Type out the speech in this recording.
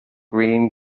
green